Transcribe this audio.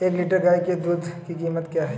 एक लीटर गाय के दूध की कीमत क्या है?